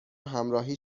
همراهی